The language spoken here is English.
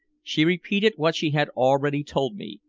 she repeated what she had already told me,